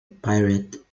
pirate